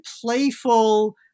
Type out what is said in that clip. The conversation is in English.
playful